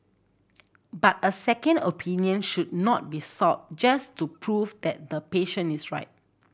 but a second opinion should not be sought just to prove that the patient is right